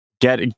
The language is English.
Get